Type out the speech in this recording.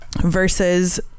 versus